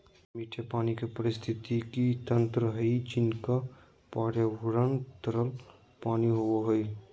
मीठे पानी के पारिस्थितिकी तंत्र हइ जिनका पर्यावरण तरल पानी होबो हइ